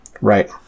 right